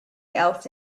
else